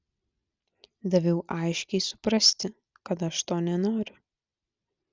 daviau aiškiai suprasti kad aš to nenoriu